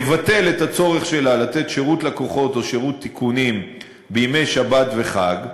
יבטל את הצורך שלה לתת שירות לקוחות או שירות תיקונים בימי שבת וחג,